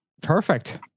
perfect